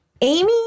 Amy